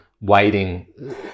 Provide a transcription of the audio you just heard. waiting